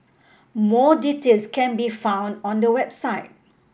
more details can be found on the website